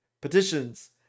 petitions